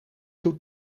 toe